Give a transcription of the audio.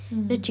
mm